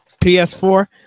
ps4